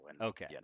Okay